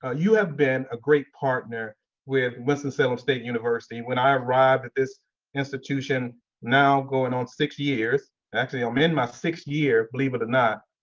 ah you have been a great partner with winston-salem state university. when i arrived at this institution now going on six years, and actually i'm in my sixth year, believe it or not.